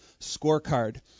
scorecard